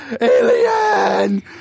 alien